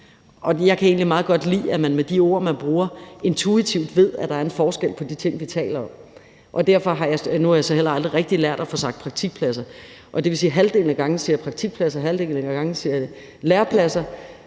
meget godt lide, at man med de ord, man bruger, intuitivt ved, at der er en forskel på de ting, man taler om. Nu har jeg så heller aldrig rigtig lært at få sagt praktikpladser, og det vil sige, at jeg halvdelen af gangene siger praktikpladser, og at jeg halvdelen af gangene siger lærepladser,